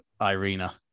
Irina